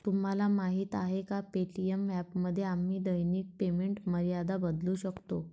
तुम्हाला माहीत आहे का पे.टी.एम ॲपमध्ये आम्ही दैनिक पेमेंट मर्यादा बदलू शकतो?